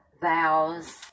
vows